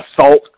assault